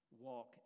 walk